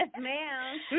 ma'am